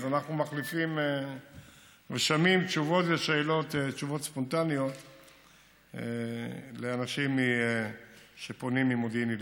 אנחנו משיבים תשובות ספונטניות לאנשים שפונים ממודיעין עילית.